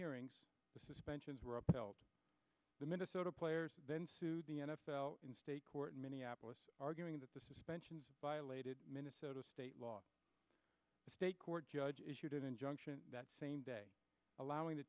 hearings suspensions were upheld the minnesota players then sued the n f l in state court in minneapolis arguing that the suspensions violated minnesota state law a state court judge issued an injunction that same day allowing the